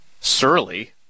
Surly